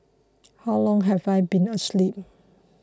how long have I been asleep